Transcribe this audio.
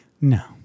No